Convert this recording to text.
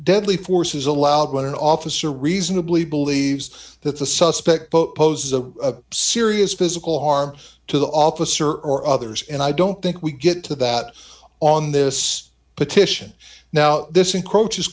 deadly force is allowed when an officer reasonably believes that the suspect boat poses a serious physical harm to the officer or others and i don't think we get to that on this petition now this encroaches